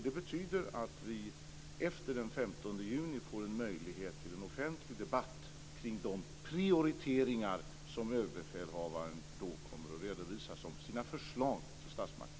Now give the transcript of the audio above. Det betyder att vi efter den 15 juni får möjlighet till en offentlig debatt kring de prioriteringar som överbefälhavaren då kommer att redovisa som sina förslag till statsmakterna.